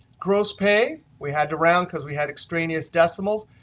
gross pay, we had to round, because we had extraneous decimals.